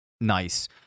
Nice